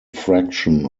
fraction